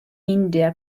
india